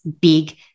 big